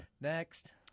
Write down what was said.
Next